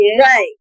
Right